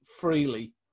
freely